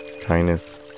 kindness